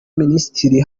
minisitiri